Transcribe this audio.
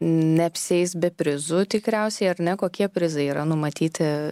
neapsieis be prizų tikriausiai ar ne kokie prizai yra numatyti